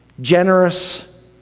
generous